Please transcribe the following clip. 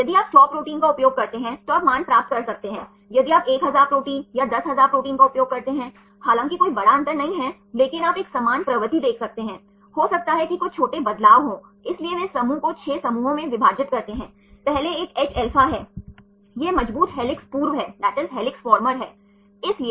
इसलिए कि एक और टर्न है टाइप 3 सही यह सामान्य रूप से घटित होने वाला टर्न नहीं है लेकिन यहाँ आप कह सकते हैं कि बैकबोन डायहेड्रल कोण हैं 60 टर्न और 60 30 वर्ग 3 के मामले के लिए i 1 और i 2 के मामले के लिए